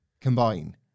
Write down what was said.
combine